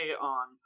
on